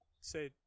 say